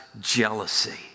jealousy